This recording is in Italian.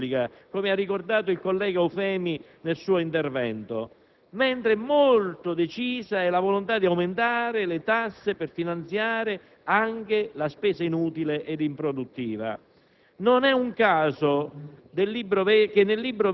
Finora, non emerge nessuna volontà di contenere la spesa pubblica, come ricordato dal collega Eufemi nel suo intervento. Invece, molto decisa è la volontà di aumentare le tasse per finanziare anche la spesa inutile e improduttiva.